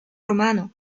romano